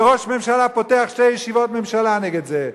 וראש ממשלה פותח שתי ישיבות ממשלה נגד זה.